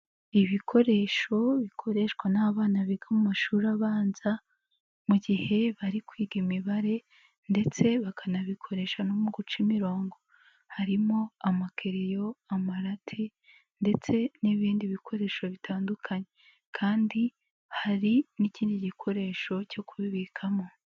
Ibikoresho bikoreshwa n'abana biga mu mashuri abanza mu gihe bari kwiga imibare ndetse bakanabikoresha no mu guca imirongo, harimo amakereyo, amarati ndetse n'ibindi bikoresho bitandukanye, kandi hari n'ikindi gikoresho cyo kubibikamo.